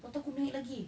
lepas tu aku naik lagi